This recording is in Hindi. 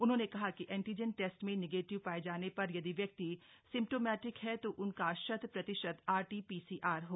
उन्होंने कहा कि एन्टीजन टेस्ट में नेगेटिव पाये जाने पर यदि व्यक्ति सिम्पटोमटिक हप्न तो उनका शत प्रतिशत आरटी पीसीआर हो